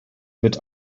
wird